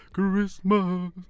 Christmas